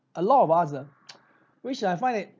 a lot of us ah which I find it